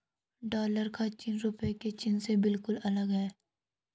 dollar का चिन्ह रूपए के चिन्ह से बिल्कुल अलग है